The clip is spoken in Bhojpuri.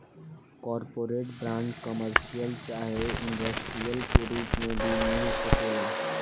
कॉरपोरेट बांड, कमर्शियल चाहे इंडस्ट्रियल के रूप में भी मिल सकेला